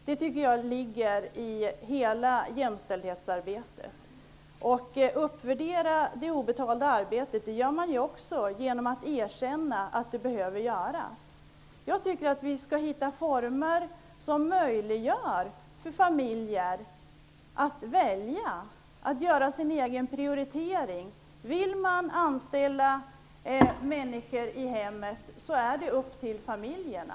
Det ligger i jämställdhetsarbetet. Man uppvärderar det obetalda arbetet genom att erkänna att det behöver göras. Jag tycker att vi skall hitta former som möjliggör för familjer att välja, att göra sina egna prioriteringar. Om man vill anställa människor i hemmet är det upp till familjerna.